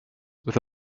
with